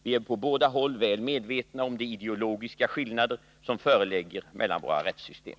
Vi är på båda håll väl medvetna om de ideologiska skillnader som föreligger mellan våra rättssystem.